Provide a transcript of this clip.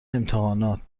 امتحاناتت